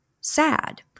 sad